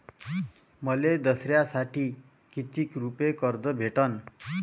मले दसऱ्यासाठी कितीक रुपये कर्ज भेटन?